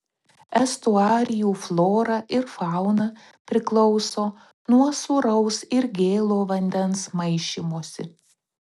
estuarijų flora ir fauna priklauso nuo sūraus ir gėlo vandens maišymosi